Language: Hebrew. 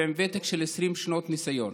עם ותק של 20 שנות ניסיון